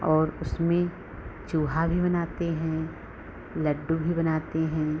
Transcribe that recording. और उसमें चूहा भी बनाते हैं लड्डू भी बनाते हैं